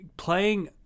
Playing